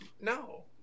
No